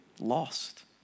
lost